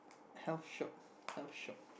health shot health shop